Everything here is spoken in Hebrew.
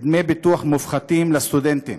דמי ביטוח מופחתים לסטודנטים).